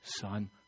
son